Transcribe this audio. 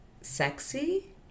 sexy